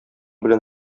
белән